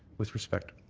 with respect.